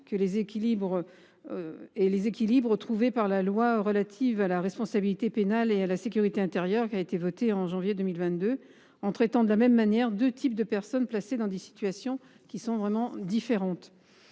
et les équilibres trouvés par la loi relative à la responsabilité pénale et à la sécurité intérieure votée en janvier 2022, en traitant de la même manière deux types de personnes placées dans des situations qui sont différentes.